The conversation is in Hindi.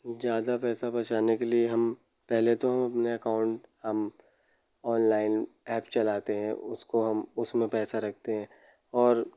ज़्यादा पैसा बचाने के लिए हम पहले तो अपने अकाउंट हम ऑनलाइन ऐप चलाते हैं उसको हम उसमें पैसा रखते हैं और